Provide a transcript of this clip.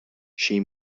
she